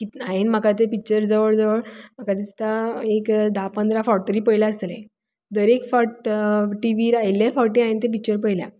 हावें म्हाका दिसता ते पिक्चर जवळ जवळ म्हाका दिसता एक धा पंदरा फावट तरी पळयलां आसतलें दर एक फावट टिवीर आयल्ले फावट हांवें ते पिक्चर पळयलां